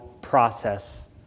process